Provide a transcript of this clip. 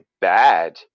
bad